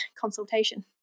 consultation